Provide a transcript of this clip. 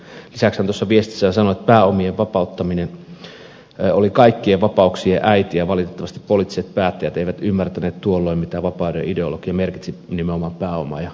lisäksi hän tuossa viestissään sanoi että pääomien vapauttaminen oli kaikkien vapauksien äiti ja valitettavasti poliittiset päättäjät eivät ymmärtäneet tuolloin mitä vapauden ideologia merkitsi nimenomaan pääoma ja pankkimaailmassa